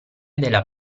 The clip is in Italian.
della